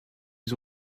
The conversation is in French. ils